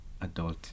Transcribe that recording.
adult